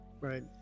Right